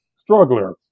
Struggler